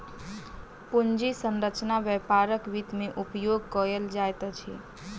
पूंजी संरचना व्यापारक वित्त में उपयोग कयल जाइत अछि